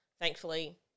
Thankfully